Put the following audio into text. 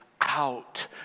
out